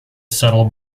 settle